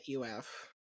uf